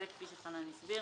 זה כפי שחנן הסביר